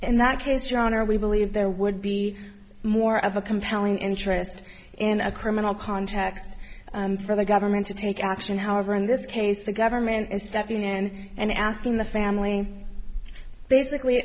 and that has drawn or we believe there would be more of a compelling interest in a criminal context for the government to take action however in this case the government is stepping in and asking the family basically